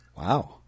Wow